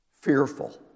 fearful